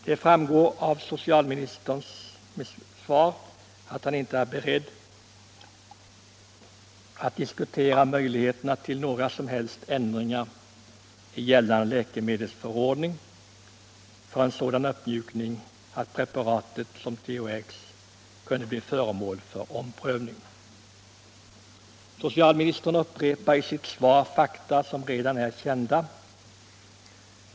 Det framgår av socialministerns svar att han inte är beredd att diskutera möjligheterna till några som helst ändringar i gällande läkemedelsförordning för en sådan uppmjukning att preparat som THX kunde bli föremål för omprövning. Socialministern upprepar i sitt svar fakta som redan är kända.